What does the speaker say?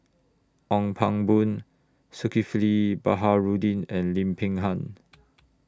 Ong Pang Boon Zulkifli Baharudin and Lim Peng Han